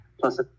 plus